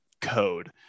code